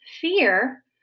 fear